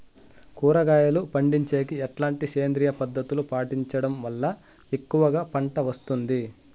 కూరగాయలు పండించేకి ఎట్లాంటి సేంద్రియ పద్ధతులు పాటించడం వల్ల ఎక్కువగా పంట వస్తుంది?